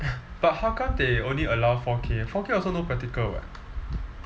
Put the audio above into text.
but how come they only allow four K four K also no practical [what]